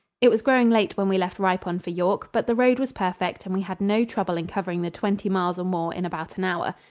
it was growing late when we left ripon for york, but the road was perfect and we had no trouble in covering the twenty miles or more in about an hour.